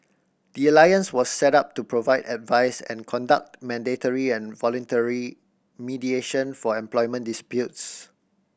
the alliance was set up to provide advice and conduct mandatory and voluntary mediation for employment disputes